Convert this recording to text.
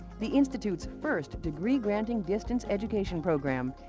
the institute's first degree-granting distance education program,